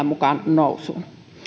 mukaan nousuun